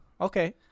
Okay